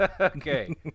Okay